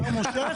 לשר מושך?